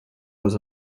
was